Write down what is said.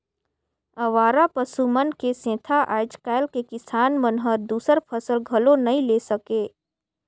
अवारा पसु मन के सेंथा आज कायल के किसान मन हर दूसर फसल घलो नई ले सके